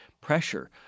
pressure